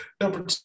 Number